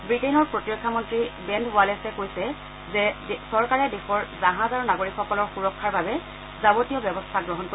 বৃটেইনৰ প্ৰতিৰক্ষা মন্ত্ৰী Ben Wallace কৈছে যে চৰকাৰে দেশৰ জাহাজ আৰু নাগৰিকসকলৰ সুৰক্ষাৰ বাবে যাৱতীয় ব্যৱস্থা গ্ৰহণ কৰিব